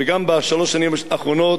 וגם בשלוש השנים האחרונות,